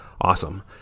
awesome